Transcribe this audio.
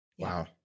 Wow